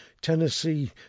Tennessee